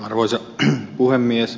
arvoisa puhemies